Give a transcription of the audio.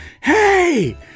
HEY